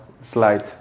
Slide